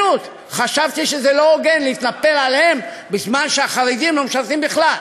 חשבתי שלא הוגן להתנפל עליהם בזמן שהחרדים לא משרתים בכלל.